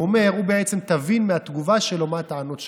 תבין מהתגובה שלו מה הטענות שלה.